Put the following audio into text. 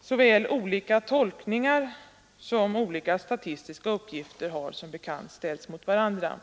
Såväl olika tolkningar som olika statistiska uppgifter har som bekant ställts mot varandra.